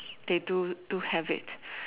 they do do have it